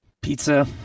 Pizza